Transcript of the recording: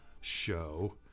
show